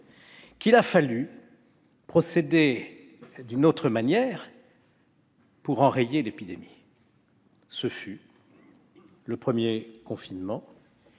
qu'il a fallu procéder d'une autre manière pour enrayer l'épidémie. Ce fut le premier confinement